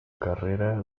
carrera